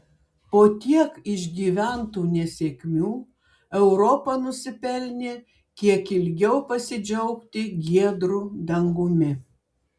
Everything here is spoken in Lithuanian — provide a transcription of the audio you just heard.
po tiek išgyventų nesėkmių europa nusipelnė kiek ilgiau pasidžiaugti giedru dangumi